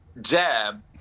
jab